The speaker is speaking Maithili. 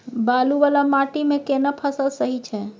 बालू वाला माटी मे केना फसल सही छै?